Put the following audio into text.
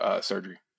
surgery